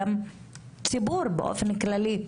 גם ציבור באופן כללי,